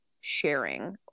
sharing